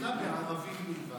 התמקדה בערבים בלבד.